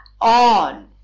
on